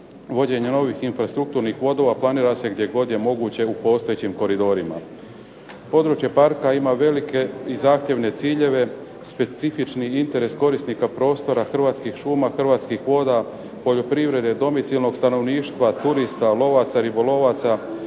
vođenja ovih infrastrukturnih …/Govornik se ne razumije./… planira se gdje god je moguće u postojećim koridorima. Područje parka ima velike i zahtjevne ciljeve, specifični interes korisnika prostora Hrvatskih šuma, Hrvatskih voda, poljoprivrede, domicijelnog stanovništva, turista, lovaca, ribolovaca,